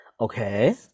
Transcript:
Okay